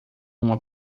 uma